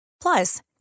Plus